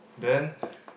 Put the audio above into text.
then